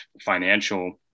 financial